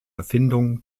erfindung